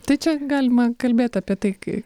tai čia galima kalbėt apie tai kai